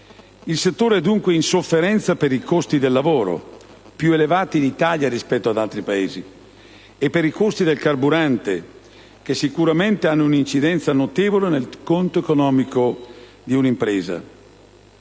Il settore è dunque in sofferenza per i costi del lavoro (più elevati in Italia rispetto ad altri Paesi) e per i costi del carburante che sicuramente hanno un'incidenza notevole nel conto economico di un'impresa.